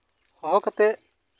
ᱦᱚᱦᱚ ᱠᱟᱛᱮᱫ